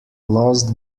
lost